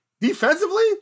Defensively